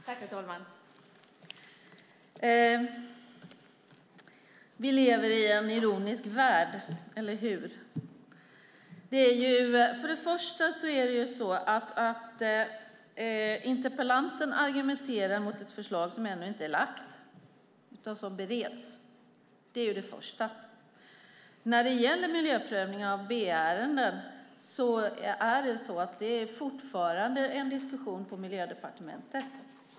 Herr talman! Vi lever i en ironisk värld, eller hur? Interpellanten argumenterar mot ett förslag som ännu inte är lagt utan bereds. Det är det första. När det gäller miljöprövningen av B-ärenden är det fortfarande en diskussion på Miljödepartementet.